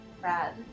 Brad